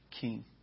king